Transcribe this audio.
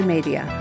Media